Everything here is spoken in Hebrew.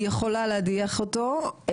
היא יכולה להדיח אותו,